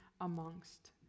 amongst